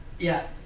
yeah,